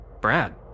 Brad